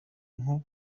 nko